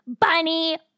bunny